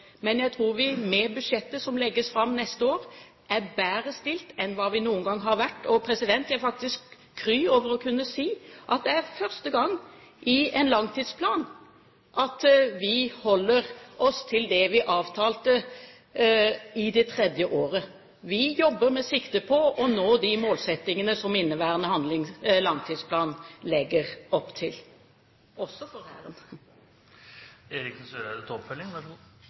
Men jeg tror vi med budsjettet som legges fram for neste år, er bedre stilt enn hva vi noen gang har vært. Og jeg er faktisk kry over å kunne si at det er første gang i en langtidsplan at vi holder oss til det vi avtalte, i det tredje året. Vi jobber med sikte på å nå de målsettingene som inneværende langtidsplan legger opp til, også for Hæren.